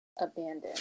Abandoned